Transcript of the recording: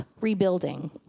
rebuilding